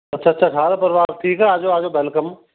ਅੱਛਾ ਅੱਛਾ ਸਾਰਾ ਪਰਿਵਾਰ ਠੀਕ ਆ ਆਜੋ ਆਜੋ ਵੈਲਕਮ